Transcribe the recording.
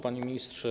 Panie Ministrze!